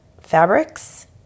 fabrics